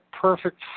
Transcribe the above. perfect